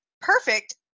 perfect